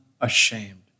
ashamed